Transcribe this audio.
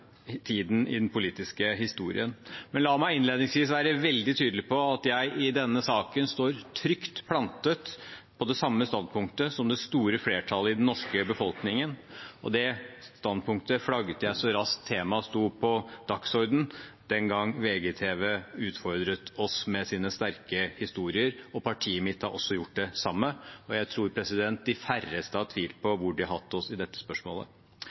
tiden i den politiske historien. Men la meg innledningsvis være veldig tydelig på at jeg i denne saken står trygt plantet på det samme standpunktet som det store flertallet i den norske befolkningen, og det standpunktet flagget jeg så raskt temaet sto på dagsordenen, den gang VGTV utfordret oss med sine sterke historier. Partiet mitt har også gjort det samme. Jeg tror de færreste har tvilt på hvor de har oss i dette spørsmålet.